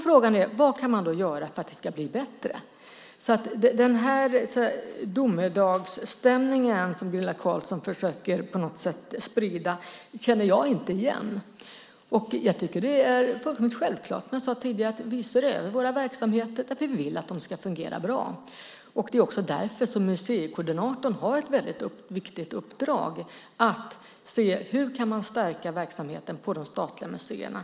Frågan är vad man då kan göra för att det ska bli bättre. Den domedagsstämning som Gunilla Carlsson på något sätt försöker sprida känner jag inte igen. Jag tycker att det är fullkomligt självklart, som jag sade tidigare, att vi ser över våra verksamheter därför att vi vill att de ska fungera bra. Det är också därför som museikoordinatorn har ett väldigt viktigt uppdrag att se hur man kan stärka verksamheten på de statliga museerna.